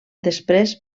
després